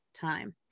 time